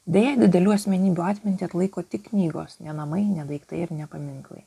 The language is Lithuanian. deja didelių asmenybių atmintį atlaiko tik knygos ne namai ne daiktai ir ne paminklai